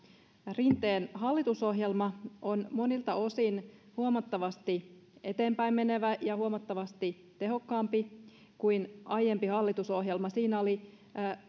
rinteen hallitusohjelma on monilta osin huomattavasti eteenpäin menevä ja huomattavasti tehokkaampi kuin aiempi hallitusohjelma siinä oli